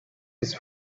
his